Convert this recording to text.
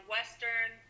Western